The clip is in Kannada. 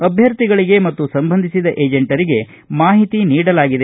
ಅಭ್ಞರ್ಥಿಗಳಿಗೆ ಮತ್ತು ಸಂಬಂಧಿಸಿದ ಏಜಂಟರಿಗೆ ಮಾಹಿತಿ ನೀಡಲಾಗಿದೆ